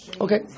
Okay